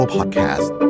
Podcast